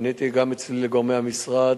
פניתי גם אצלי לגורמי המשרד.